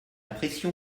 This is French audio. pression